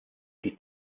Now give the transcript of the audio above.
die